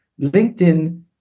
LinkedIn